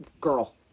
girl